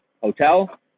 hotel